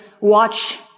Watch